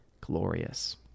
glorious